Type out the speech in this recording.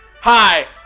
hi